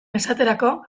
esaterako